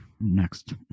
Next